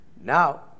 Now